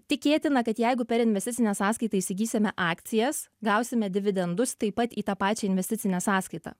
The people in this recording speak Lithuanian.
tikėtina kad jeigu per investicinę sąskaitą įsigysime akcijas gausime dividendus taip pat į tą pačią investicinę sąskaitą